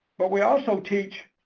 but we also teach